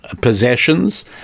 possessions